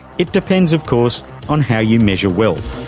it depends of course on how you measure wealth